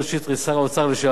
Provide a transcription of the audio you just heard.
שר האוצר לשעבר,